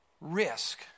risk